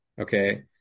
Okay